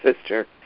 sister